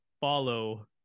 follow